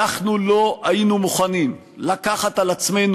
אנחנו לא היינו מוכנים לקחת על עצמנו